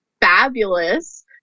fabulous